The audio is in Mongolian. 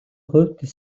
хувьд